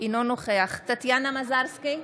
אינו נוכח טטיאנה מזרסקי,